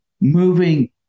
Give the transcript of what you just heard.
moving